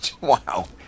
Wow